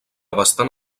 bastant